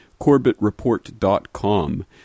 corbettreport.com